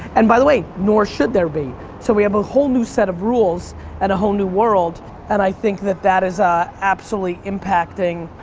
and by they way, nor should there be so we have a whole new set of rules and a whole new world and i think that that is ah absolutely impacting.